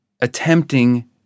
attempting